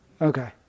Okay